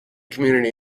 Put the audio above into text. community